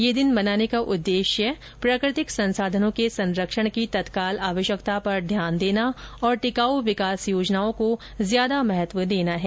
यह दिन मनाने का उद्देश्य प्राकृतिक संसाधनों के संरक्षण की तत्काल आवश्यकता पर ध्यान देना और टिकाउ विकास योजनाओं को ज्यादा महत्व देना है